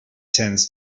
tends